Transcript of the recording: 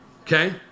Okay